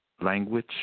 language